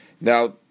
now